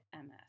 MS